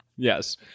Yes